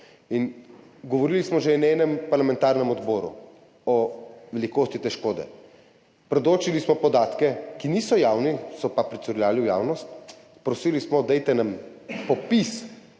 Govorili smo že na enem parlamentarnem odboru o velikosti te škode, predočili smo podatke, ki niso javni, so pa pricurljali v javnost, prosili smo, dajte nam popis